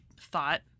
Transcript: thought